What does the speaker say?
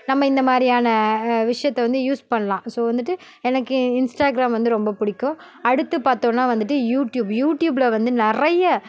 நம்ம இந்த மாதிரியான விஷயத்தை வந்து யூஸ் பண்ணலாம் ஸோ வந்துட்டு எனக்கு இன்ஸ்டாகிராம் வந்து ரொம்ப பிடிக்கும் அடுத்து பார்த்தோன்னா வந்துட்டு யூடியூப் யூடியூபில் வந்து நிறைய